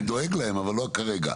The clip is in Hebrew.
אני דואג להם, אבל לא כרגע.